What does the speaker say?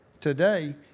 today